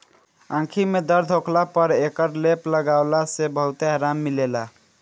आंखी में दर्द होखला पर एकर लेप लगवला से बहुते आराम मिलेला